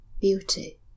Beauty